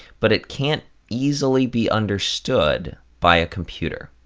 but it can't easily be understood by a computer.